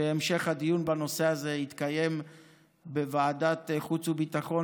שהמשך הדיון בנושא הזה יתקיים בוועדת חוץ וביטחון,